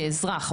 כאזרח,